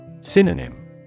Synonym